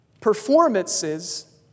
Performances